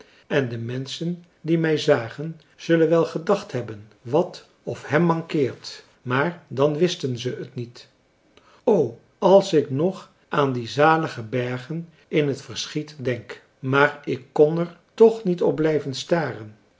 en de menschen die mij zagen zullen wel gedacht hebben wat of hèm mankeert maar dan wisten ze t niet o als ik nog aan die zalige bergen in het verschiet denk maar ik kon er toch niet op blijven staren